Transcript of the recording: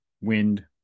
wind